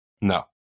No